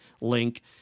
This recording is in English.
link